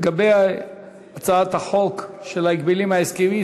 לגבי הצעת חוק ההגבלים העסקיים,